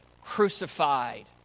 crucified